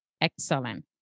Excellent